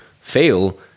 fail